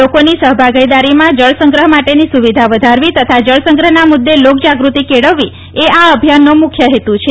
લોકોની સહભાગીદારીમાં જળસંગ્રહ માટેની સુવિધા વધારવી તથા જળસંગ્રહના મુદ્દે લોકજાગ્રત્તિ કેળવવી એ આ અભિયાનનો મુખ્ય હેતુ છે